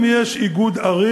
אני יכולתי רק להתפלל,